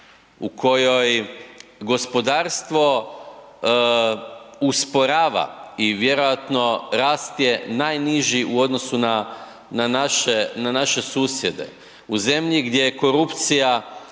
u kojoj gospodarstvo usporava i vjerojatno rast je najniži u odnosu na naše susjede, u zemlji gdje se korupcija